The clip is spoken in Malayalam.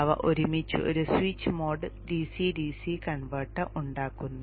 അവ ഒരുമിച്ച് ഒരു switch mode DC DC converter ഉണ്ടാക്കുന്നു